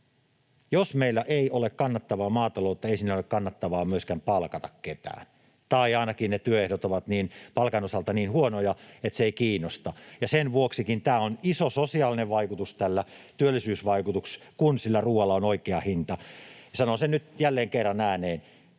Jos meillä ei ole kannattavaa maataloutta, ei sinne ole kannattavaa myöskään palkata ketään — tai ainakin ne työehdot ovat palkan osalta niin huonoja, että se ei kiinnosta. Ja sen vuoksikin tällä on iso sosiaalinen vaikutus, työllisyysvaikutus, kun sillä ruoalla on oikea hinta. Ja sanon sen nyt jälleen kerran ääneen: